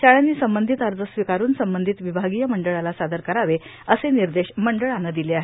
शाळांनी संबंधित अर्ज स्वीकारून संबंधित विभागीय मंडळाला सादर करावे असे निर्देश मंडळानं दिले आहेत